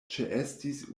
ĉeestis